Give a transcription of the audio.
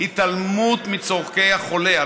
התעלמות מצורכי החולה.